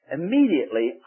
immediately